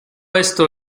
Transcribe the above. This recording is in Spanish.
esto